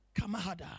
Kamahada